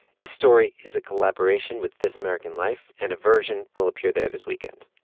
this story is a collaboration with this american life, and a version will appear there this weekend.